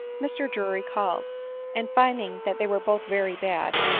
mr drury called and finding that they were both very bad,